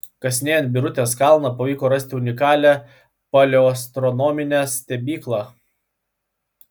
kasinėjant birutės kalną pavyko rasti unikalią paleoastronominę stebyklą